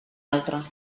altre